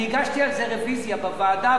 אני הגשתי על זה רוויזיה בוועדה,